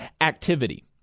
activity